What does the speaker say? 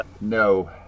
No